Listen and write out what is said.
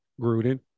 Gruden